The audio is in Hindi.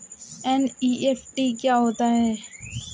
एन.ई.एफ.टी क्या होता है?